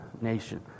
nation